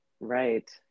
Right